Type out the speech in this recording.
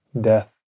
death